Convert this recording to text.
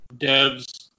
Devs